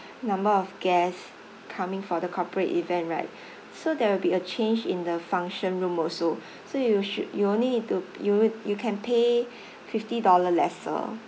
number of guest coming for the corporate event right so there will be a change in the function room also so you should you only need to you would you can pay fifty dollar lesser